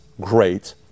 great